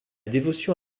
dévotion